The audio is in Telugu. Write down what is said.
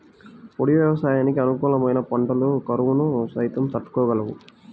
పొడి వ్యవసాయానికి అనుకూలమైన పంటలు కరువును సైతం తట్టుకోగలవు